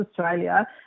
Australia